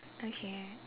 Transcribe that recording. okay